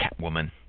Catwoman